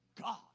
God